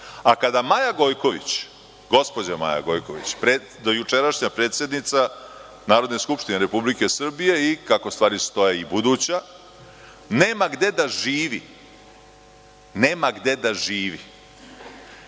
kada Maja Gojković, gospođa Maja Gojković, dojučerašnja predsednica Narodne skupštine Republike Srbije i kako stvari stoje i buduća, nema gde da živi, a dođe u